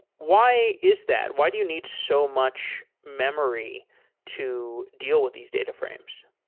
why is that? why do you need so much memory to deal with these data frames?